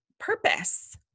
Purpose